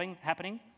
happening